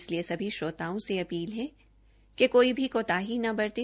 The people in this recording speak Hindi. इसलिए सभी श्रोताओं से अपील है कि कोई भी कोताही न बरतें